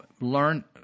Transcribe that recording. learn